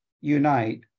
unite